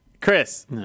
Chris